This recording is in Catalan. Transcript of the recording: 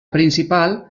principal